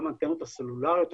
גם האנטנות הסלולריות,